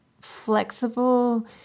flexible